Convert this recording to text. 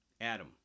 Adam